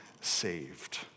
saved